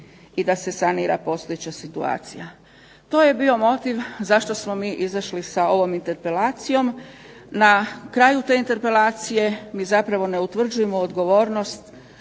i da se sanira postojeća situacija. To je bio motiv zašto smo mi izašli sa ovom interpelacijom. Na kraju te interpelacije mi ustvari ne utvrđujemo odgovornost